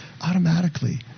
automatically